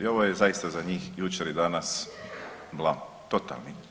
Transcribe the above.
I ovo je zaista za njih jučer i danas blam, totalni.